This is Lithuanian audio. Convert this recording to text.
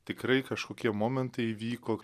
tikrai kažkokie momentai įvyko